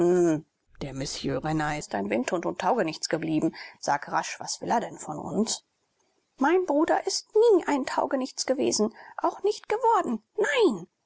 der monsieur renner ist ein windhund und taugenichts geblieben sag rasch was will er denn von uns mein bruder ist nie ein taugenichts gewesen auch nicht geworden nein